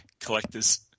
collector's